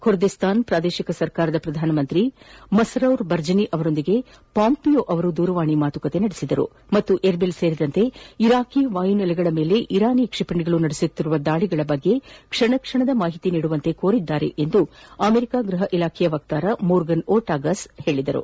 Kurdistan ಪ್ರಾದೇಶಿಕ ಸರ್ಕಾರದ ಪ್ರಧಾನಮಂತ್ರಿ ಮಸರೌರ್ ಬರ್ಜನಿ ಅವರೊಂದಿಗೆ ಪಾಂಪಿಯೊ ದೂರವಾಣಿ ಮಾತುಕತೆ ನಡೆಸಿದ್ದಾರೆ ಹಾಗೂ ಎರ್ಬಿಲ್ ಸೇರಿದಂತೆ ಇರಾಕ್ನ ವಾಯು ನೆಲೆಗಳ ಮೇಲೆ ಇರಾನಿನ ಕ್ಷಿಪಣಿಗಳು ನಡೆಸುತ್ತಿರುವ ದಾಳಿಗಳ ಬಗ್ಗೆ ಕ್ಷಣ ಕ್ಷಣದ ಮಾಹಿತಿ ನೀಡುವಂತೆ ಕೋರಿದ್ದಾರೆ ಎಂದು ಅಮೆರಿಕ ಗೃಹ ಇಲಾಖೆ ವಕ್ತಾರ ಮೋರ್ಗನ್ ಓರ್ಟಾಗಸ್ ತಿಳಿಸಿದ್ದಾರೆ